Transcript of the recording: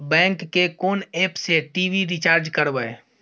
Bank के कोन app से टी.वी रिचार्ज करबे?